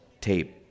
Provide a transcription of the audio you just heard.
tape